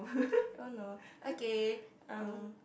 oh no okay um